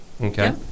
Okay